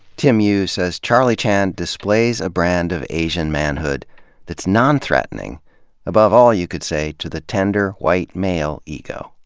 tim yu says charlie chan displays a brand of asian manhood that's non-threatening above all, you could say, to the tender white male ego,